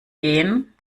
gehen